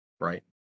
Right